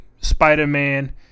Spider-Man